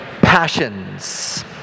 passions